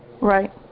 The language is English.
Right